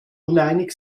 uneinig